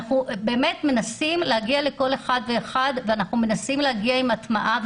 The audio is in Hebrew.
אנחנו מנסים להגיע לכל אחד ואחד ואנחנו מנסים להגיע עם הטמעה.